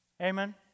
Amen